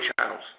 channels